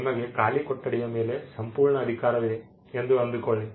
ನಿಮಗೆ ಖಾಲಿ ಕೊಠಡಿಯ ಮೇಲೆ ಸಂಪೂರ್ಣ ಅಧಿಕಾರವಿದೆ ಎಂದು ಅಂದುಕೊಳ್ಳಿ